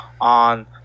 on